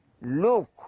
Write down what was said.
look